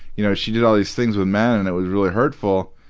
you know she did all these things with men and it was really hurtful.